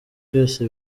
byose